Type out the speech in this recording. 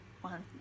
one